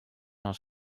els